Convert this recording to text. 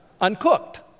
uncooked